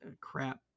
Crap